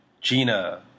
Gina